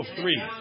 three